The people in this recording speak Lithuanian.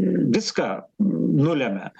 viską nulemia